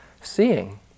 seeing